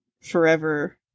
forever